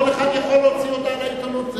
כל אחד יכול להוציא הודעה לעיתונות.